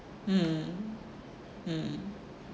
mm mm